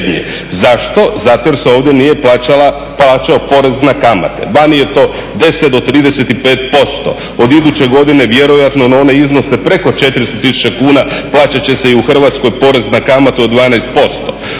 Zašto? Zato jer se ovdje nije plaćao porez na kamate, vani je to 10 do 35%, od iduće godine vjerojatno na one iznose preko 400 tisuća kuna plaćat će se i u Hrvatskoj porez na kamatu od 12%.